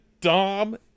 dom